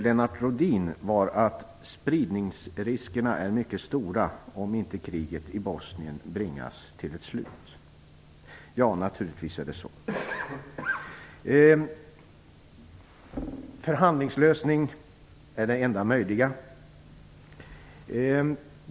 Lennart Rohdin sade att spridningsriskerna är mycket stora om inte kriget i Bosnien bringas till ett slut. Naturligtvis är det så. En förhandlingslösning är det enda möjliga.